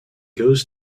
goes